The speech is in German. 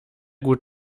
gut